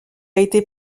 été